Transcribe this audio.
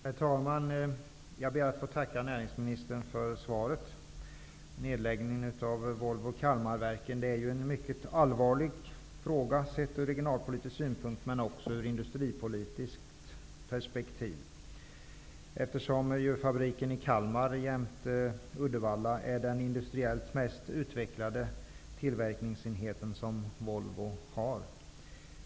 Herr talman! Jag ber att få tacka näringsministern för svaret. Nedläggningen av Volvos fabrik i Kalmar är en mycket allvarlig fråga sett ur regionalpolitisk synpunkt, men också ur industripolitiskt perspektiv, eftersom fabriken i Kalmar, jämte den i Uddevalla, är den industriellt mest utvecklade tillverkningsenhet som Volvo har.